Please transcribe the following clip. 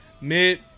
mid